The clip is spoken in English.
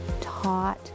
taught